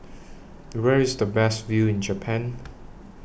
Where IS The Best View in Japan